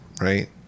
right